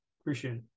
Appreciate